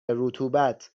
رطوبت